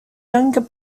younger